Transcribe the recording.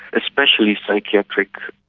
especially psychiatric.